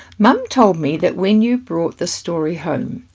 mum told me that when you brought the story home,